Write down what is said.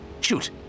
Shoot